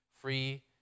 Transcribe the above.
free